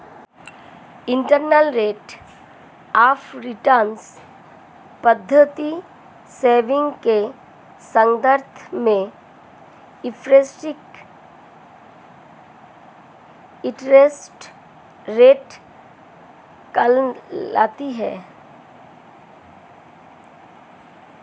internal rate of return पद्धति saving के संदर्भ में इफेक्टिव इंटरेस्ट रेट कहलाती है